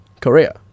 Korea